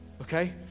Okay